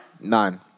Nine